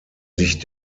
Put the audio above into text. sich